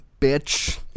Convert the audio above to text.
bitch